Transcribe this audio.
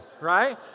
right